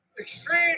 Extreme